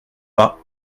pas